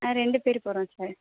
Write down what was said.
ஆ ரெண்டு பேர் போகிறோம் சார்